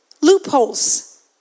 Loopholes